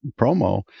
promo